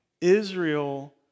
Israel